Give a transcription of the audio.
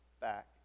back